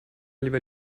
lieber